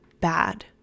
bad